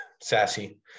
sassy